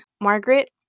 Margaret